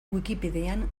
wikipedian